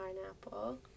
pineapple